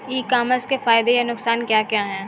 ई commerce के फायदे या नुकसान क्या क्या हैं?